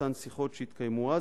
אותן שיחות שהתקיימו אז,